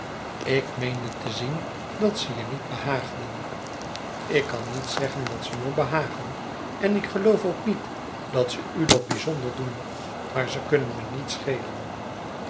ik meendete zien dat zeje nietbehaagden u ik kan niet zeggen dat ze me behagen en ik geloof ook niet dat ze u dat bijzonder doen maar ze kunnen me niet schelen